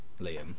Liam